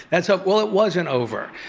and so well, it wasn't over,